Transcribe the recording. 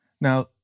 Now